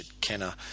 Kenner